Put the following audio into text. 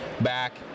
back